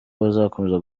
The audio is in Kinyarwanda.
bazakomeza